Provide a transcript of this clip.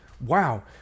Wow